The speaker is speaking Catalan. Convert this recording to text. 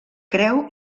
creu